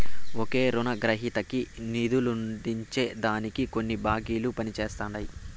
ఒకే రునగ్రహీతకి నిదులందించే దానికి కొన్ని బాంకిలు పనిజేస్తండాయి